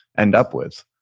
end up with.